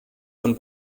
von